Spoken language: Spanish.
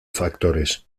factores